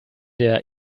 der